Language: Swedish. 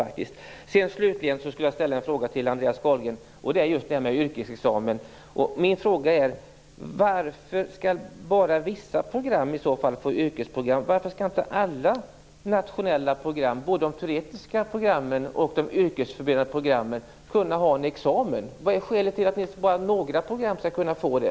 Carlgren vad gäller yrkesexamen: Varför skall bara vissa program få yrkesexamen? Varför kan inte alla nationella program, både de teoretiska och de yrkesförberedande, ha en examen? Vad är skälet till att bara några program skall kunna få det?